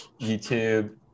youtube